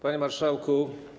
Panie Marszałku!